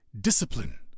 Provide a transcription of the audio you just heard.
discipline